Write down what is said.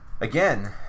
Again